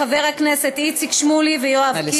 לחברי הכנסת איציק שמולי ויואב קיש,